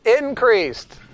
increased